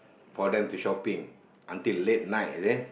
for them to shopping until late night is it